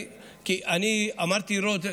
אני אמרתי רוט,